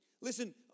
Listen